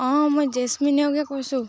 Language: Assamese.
অঁ মই জেচমিন নেওগে কৈছোঁ